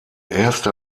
erste